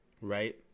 right